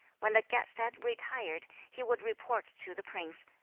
when the guest had retired, he would report to the prince,